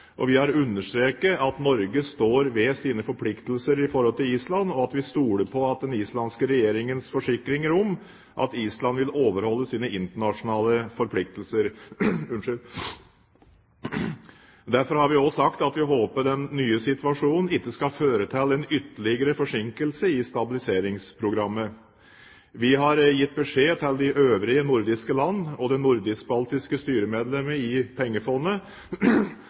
Vi har understreket at Norge står ved sine forpliktelser overfor Island, og at vi stoler på den islandske regjeringens forsikringer om at Island vil overholde sine internasjonale forpliktelser. Derfor har vi også sagt at vi håper den nye situasjonen ikke vil føre til ytterligere forsinkelse i stabiliseringsprogrammet. Vi har gitt de øvrige nordiske land og det nordisk-baltiske styremedlemmet i Pengefondet